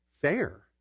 fair